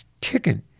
kicking